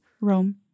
Rome